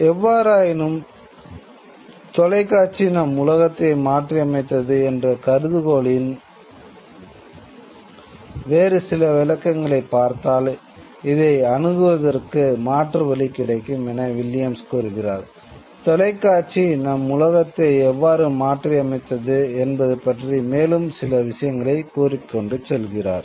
எவ்வாறாயினும் தொலைக்காட்சி நம் உலகத்தை எவ்வாறு மாற்றியமைத்தது என்பது பற்றி மேலும் சில விஷயங்களை கூறிக் கொண்டு செல்கிறார்